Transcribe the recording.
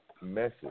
message